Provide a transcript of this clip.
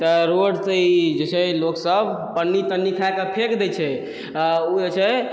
रोडसँ जे छै ई लोक सभ पन्नी तन्नी खाय कऽ फेक देइ छइ आओर ऊ जे छै